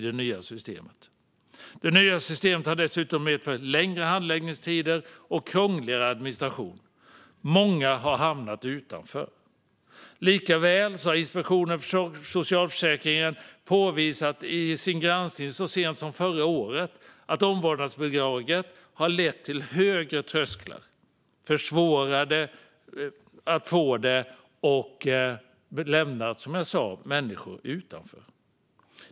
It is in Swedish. Det nya systemet har dessutom medfört längre handläggningstider och krångligare administration. Många har hamnat utanför. Inspektionen för socialförsäkringen påvisade i sin granskning så sent som förra året att omvårdnadsbidraget lett till högre trösklar. Det är svårare att få det, och det har som jag sa lämnat människor utanför.